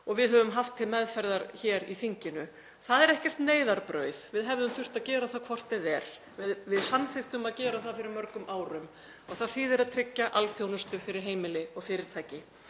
og við höfum haft til meðferðar hér í þinginu. Það er ekkert neyðarbrauð, við hefðum þurft að gera það hvort eð er, við samþykktum að gera það fyrir mörgum árum. Það þýðir að tryggja alþjónustu fyrir heimili og fyrirtæki